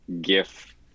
gif